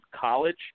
college